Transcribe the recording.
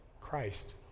Christ